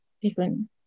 different